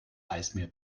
eismeer